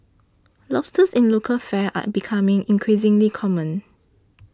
lobsters in local fare are becoming increasingly common